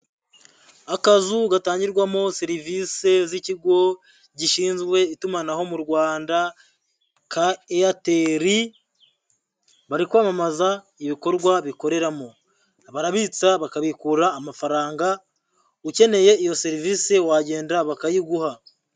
Akazu gatangirwamo serivise z'ikigo gishinzwe itumanaho mu Rwanda ka Eyateri, bari kwamamaza ibikorwa bikoreramo. Barabitsa, bakabikura amafaranga, ukeneye iyo serivise, wagenda bakayiguha.